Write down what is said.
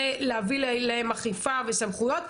להביא להם אכיפה וסמכויות,